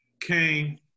came